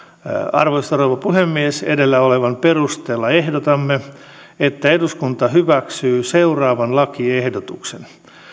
arvoisa rouva puhemies edellä olevan perusteella ehdotamme että eduskunta hyväksyy seuraavan lakiehdotuksen